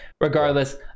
regardless